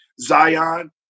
Zion